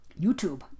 YouTube